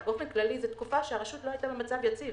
באופן כללי, זו תקופה שהרשות לא היתה במצב יציב.